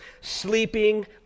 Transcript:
sleeping